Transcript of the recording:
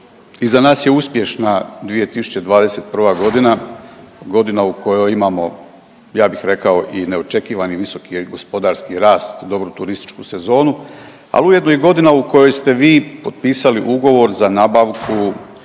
iza nas je uspješna 2021.g., godina u kojoj imamo ja bih rekao i neočekivani visoki gospodarski rast i dobru turističku sezonu, al ujedno i godina u kojoj ste vi potpisali ugovor za nabavku